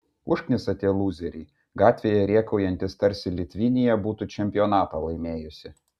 užknisa tie lūzeriai gatvėje rėkaujantys tarsi litvinija būtų čempionatą laimėjusi